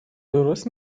درست